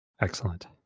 Excellent